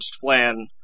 flan